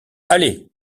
allez